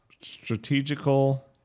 Strategical